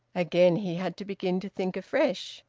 again, he had to begin to think afresh,